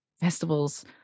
festivals